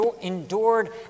endured